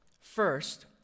First